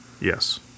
Yes